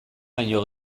baino